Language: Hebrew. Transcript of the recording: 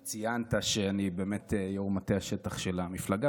אתה ציינת שאני באמת יו"ר מטה השטח של המפלגה,